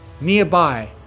Nearby